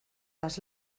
las